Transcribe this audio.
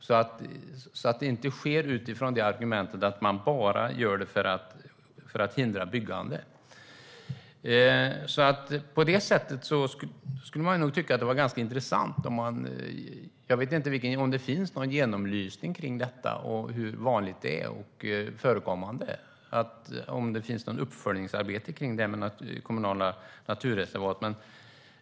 Det ska inte ske utifrån argumentet att man bara gör det för att hindra byggande. På det sättet skulle man nog tycka att det var ganska intressant att göra en genomlysning. Jag vet inte om det finns någon genomlysning av detta och hur vanligt förekommande det är, eller om det finns något uppföljningsarbete kring detta med kommunala naturreservat.